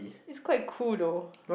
is quite cool though